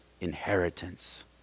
inheritance